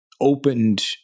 opened